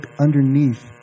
underneath